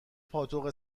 پاتوق